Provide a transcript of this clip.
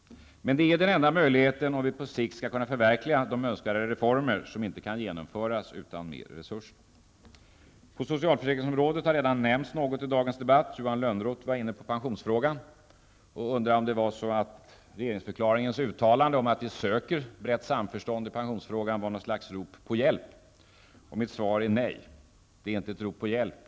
Men det är den enda möjligheten om vi på sikt skall kunna förverkliga de önskade reformer som inte kan genomföras utan mer resurser. När det gäller socialförsäkringsområdet har redan pensionsfrågan nämnts av Johan Lönnroth i dagens debatt. Han undrade om uttalandet i regeringsförklaringen, att vi söker brett samförstånd i pensionsfrågan, var något slags rop på hjälp. Mitt svar är nej; det är inte ett rop på hjälp.